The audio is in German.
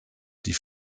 die